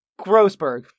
Grossberg